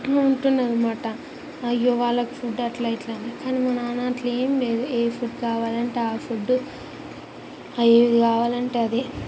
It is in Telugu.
అంటుండేదాన్ననమాట అయ్యో వాళ్ళకి ఫుడ్ ఎట్లా ఇట్లా అని కానీ మా నాన్న అట్లా ఏం లేదు ఏ ఫుడ్ కావాలంటే ఫుడ్డు ఏది కావాలంటే అదే